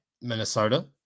Minnesota